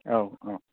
औ औ